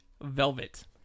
velvet